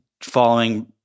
following –